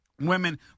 Women